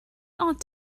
ought